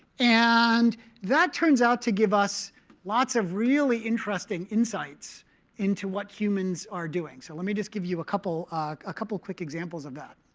and that turns out to give us lots of really interesting insights into what humans are doing. so let me just give you a couple ah couple of quick examples of that.